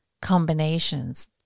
combinations